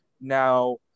now